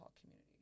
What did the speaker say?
community